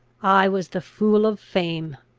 i was the fool of fame.